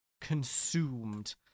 Consumed